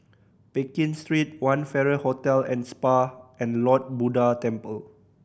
Pekin Street One Farrer Hotel and Spa and Lord Buddha Temple